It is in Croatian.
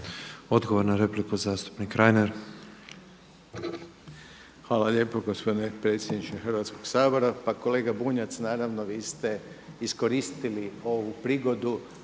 Odgovor na repliku zastupnik Reiner. **Reiner, Željko (HDZ)** Hvala lijepo gospodine predsjedniče Hrvatskoga sabora. Pa kolega Bunjac, naravno vi ste iskoristili ovu prigodu